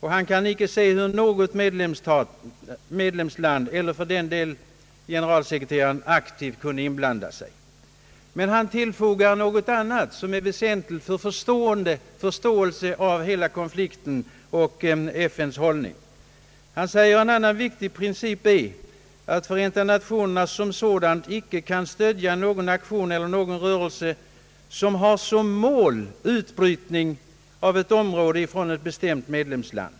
Han kan icke se hur något medlemsland, eller för den del generalsekreteraren själv, aktivt skulle kunna blanda sig i saken. U Thant tillfogar något som är väsentligt för förståelsen av hela konflikten och FN:s hållning: En annan viktig princip är att Förenta nationerna icke kan stödja någon aktion eller någon rörelse som har som mål utbrytning av ett område från ett bestämt medlemsland.